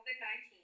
COVID-19